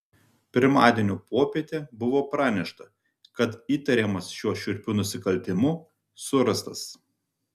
pirmadienio popietę buvo pranešta kad įtariamas šiuo šiurpiu nusikaltimu surastas